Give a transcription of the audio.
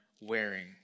wearing